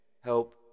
help